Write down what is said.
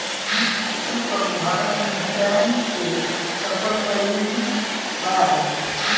तू कबो भारत में ट्रैन से सफर कयिउल बाड़